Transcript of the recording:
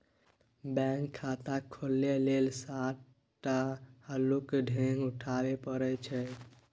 bank खाता खोलय लेल सात टा हल्लुक डेग उठाबे परय छै